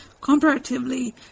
Comparatively